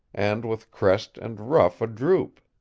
and with crest and ruff a-droop.